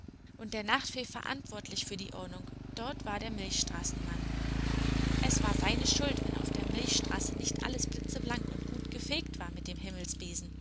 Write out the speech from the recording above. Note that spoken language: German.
und der nachtfee verantwortlich für die ordnung dort war der milchstraßenmann es war seine schuld wenn auf der milchstraße nicht alles blitzeblank und gut gefegt war mit dem